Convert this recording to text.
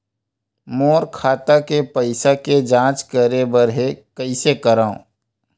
मोर खाता के पईसा के जांच करे बर हे, कइसे करंव?